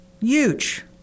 huge